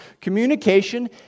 Communication